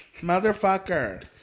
Motherfucker